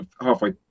halfway